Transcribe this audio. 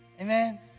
Amen